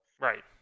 Right